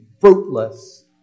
fruitless